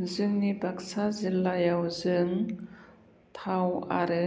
जोंनि बाक्सा जिल्लायाव जों थाव आरो